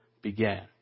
began